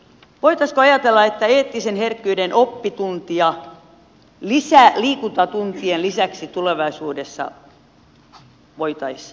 voitaisiinko ajatella että eettisen herkkyyden oppitunti lisäliikuntatuntien lisäksi tulevaisuudessa voitaisiin ottaa käytäntöön